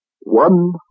One